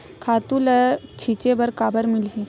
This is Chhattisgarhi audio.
खातु ल छिंचे बर काबर मिलही?